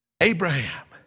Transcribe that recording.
Abraham